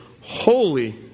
holy